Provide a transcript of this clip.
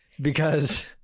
because-